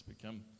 become